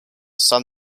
sun